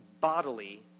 bodily